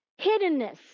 Hiddenness